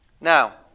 Now